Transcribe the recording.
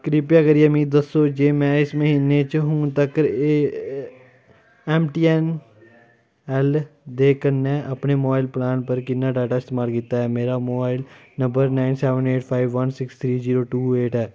कृपा करियै मिगी दस्सो जे में इस म्हीने च हून तक्कर एम टी एन एल दे कन्नै अपने मोबाइल प्लान पर किन्ना डेटा इस्तेमाल कीता ऐ मेरा mobile number nine seven eight five one six three zero two eight ऐ